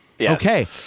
Okay